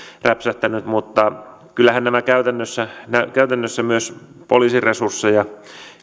räpsähtänyt mutta kyllähän nämä käytännössä käytännössä myös poliisin resursseja